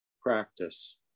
practice